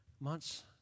months